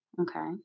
Okay